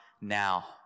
now